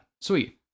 Sweet